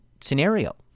scenario